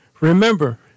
remember